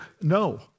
no